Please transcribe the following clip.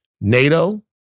NATO